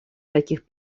таких